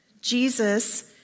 Jesus